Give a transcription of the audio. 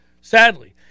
sadly